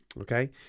okay